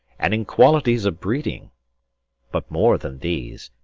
and in qualities of breeding but more than these,